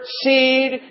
seed